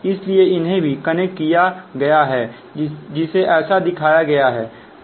इसलिए उन्हें भी जोड़ दीया गया है जिसे ऐसा दिखाया गया है